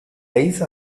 lace